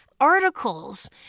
articles